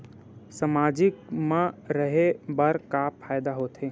सामाजिक मा रहे बार का फ़ायदा होथे?